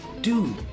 dude